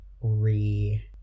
re